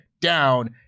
down